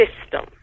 system